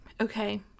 okay